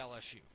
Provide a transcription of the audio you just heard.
LSU